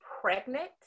pregnant